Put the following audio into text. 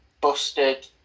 busted